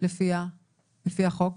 לפי החוק?